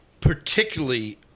Particularly